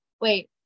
wait